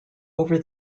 over